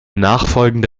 nachfolgende